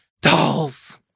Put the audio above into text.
dolls